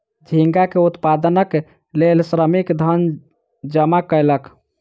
झींगा के उत्पादनक लेल श्रमिक धन जमा कयलक